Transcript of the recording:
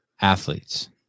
athletes